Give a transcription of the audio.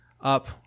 up